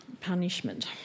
punishment